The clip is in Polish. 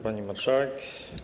Pani Marszałek!